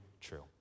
true